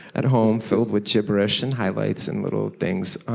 at home filled with gibberish and highlights and little things.